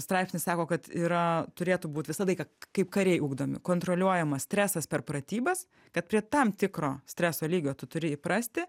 straipsnis sako kad yra turėtų būt visą laiką kaip kariai ugdomi kontroliuojamas stresas per pratybas kad prie tam tikro streso lygio tu turi įprasti